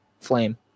flame